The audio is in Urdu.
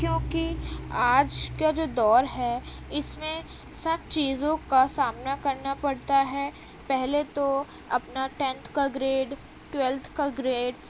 کیونکہ آج کا جو دور ہے اس میں سب چیزوں کا سامنا کرنا پڑتا ہے پہلے تو اپنا ٹینتھ کا گریڈ ٹویلتھ کا گریڈ